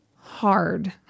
hard